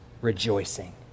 rejoicing